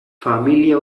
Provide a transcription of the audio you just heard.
familia